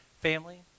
family